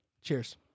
Cheers